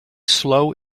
slow